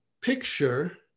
picture